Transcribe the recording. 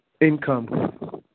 income